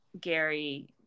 Gary